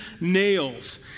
nails